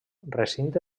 recinte